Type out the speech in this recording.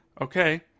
Okay